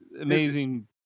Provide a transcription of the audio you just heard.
amazing